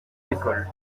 l’école